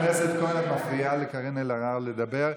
חברת הכנסת כהן, את מפריעה לקארין אלהרר לדבר.